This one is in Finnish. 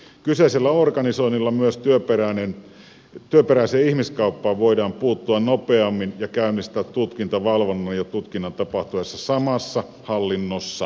kyseisellä organisoinnilla myös työperäiseen ihmiskauppaan voidaan puuttua nopeammin ja käynnistää tutkinta valvonnan ja tutkinnan tapahtuessa samassa hallinnossa